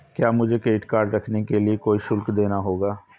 क्या मुझे credit card रखने के लिए कोई शुल्क देना होगा?